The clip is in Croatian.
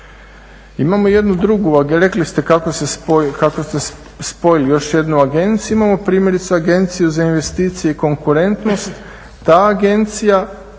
Imamo jednu drugu, a rekli ste kako ste spojili još jednu agenciju, imamo primjerice Agenciju za investicije i konkurentnost. Ta agencija